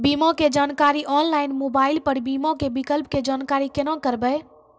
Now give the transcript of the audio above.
बीमा के जानकारी ऑनलाइन मोबाइल पर बीमा के विकल्प के जानकारी केना करभै?